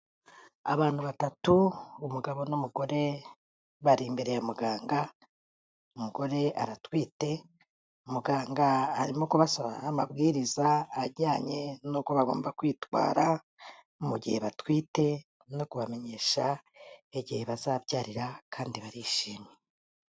Abantu batatu umugabo n'umugore bari imbere ya muganga umugore aratwite, muganga arimo kubasobanurira amabwiriza ajyanye n'uko bagomba kwitwara mu gihe batwite no kubamenyesha igihe bazabyarira kandi barishimye.